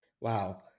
Wow